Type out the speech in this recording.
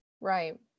right